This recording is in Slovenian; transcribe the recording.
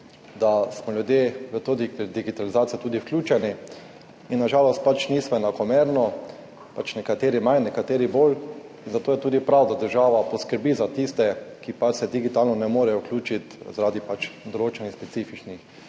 da smo ljudje v to digitalizacijo tudi vključeni. Na žalost pač nismo enakomerno, nekateri manj, nekateri bolj, in zato je tudi prav, da država poskrbi za tiste, ki se digitalno ne morejo vključiti zaradi določenih specifičnih